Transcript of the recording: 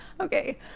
Okay